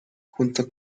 junto